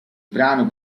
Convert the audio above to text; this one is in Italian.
brano